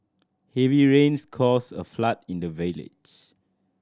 heavy rains caused a flood in the village